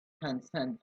transcend